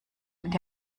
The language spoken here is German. mit